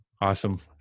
Awesome